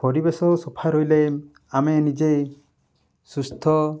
ପରିବେଶ ସଫା ରହିଲେ ଆମେ ନିଜେ ସୁସ୍ଥ